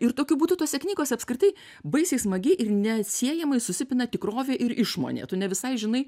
ir tokiu būdu tose knygose apskritai baisiai smagiai ir neatsiejamai susipina tikrovė ir išmonė tu ne visai žinai